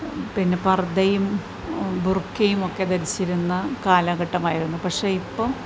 പിന്നെ പർദ്ദയും ബുർക്കയും ഒക്കെ ധരിച്ചിരുന്ന കാലഘട്ടമായിരുന്നു പക്ഷെ ഇപ്പം